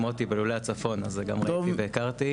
מוטי בלולי הצפון אז גם ראיתי והכרתי.